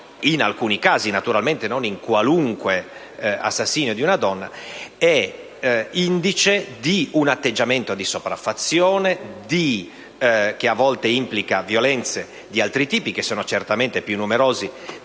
in alcuni casi (naturalmente non in qualunque assassinio di donne), esso è indice di un atteggiamento di sopraffazione, che a volte implica violenze di altri tipi, che sono certamente più numerose